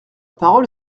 parole